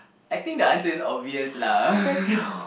I think the answer is obvious lah